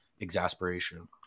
exasperation